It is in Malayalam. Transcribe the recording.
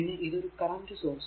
പിന്നെ ഇത് ഒരു കറന്റ് സോഴ്സ്